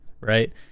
right